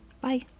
bye